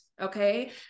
Okay